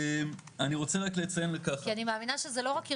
אני רוצה רק לציין ככה --- כי אני מאמינה שזה לא רק ארגונים,